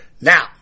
Now